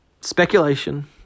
speculation